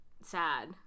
sad